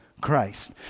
Christ